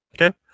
Okay